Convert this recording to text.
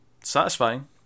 satisfying